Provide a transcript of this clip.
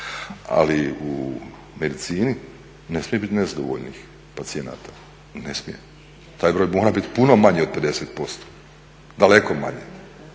Ali u medicini ne smije biti nezadovoljnih pacijenata, ne smije. Taj broj mora biti puno manji od 50%, daleko manji.